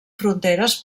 fronteres